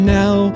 now